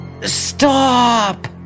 Stop